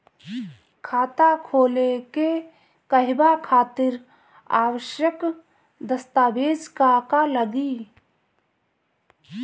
खाता खोले के कहवा खातिर आवश्यक दस्तावेज का का लगी?